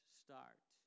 start